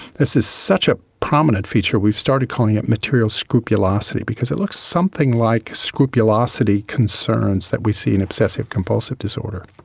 this is such a prominent feature, we've started calling it material scrupulosity because it looks something like scrupulosity concerns that we see in obsessive compulsive disorder.